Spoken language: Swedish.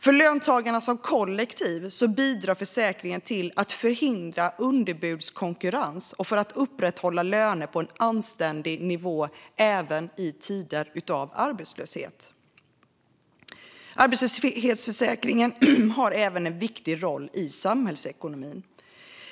För löntagarna som kollektiv bidrar försäkringen till att förhindra underbudskonkurrens och att upprätthålla löner på en anständig nivå även i tider av arbetslöshet. Arbetslöshetsförsäkringen har en viktig roll i samhällsekonomin.